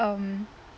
um